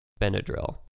Benadryl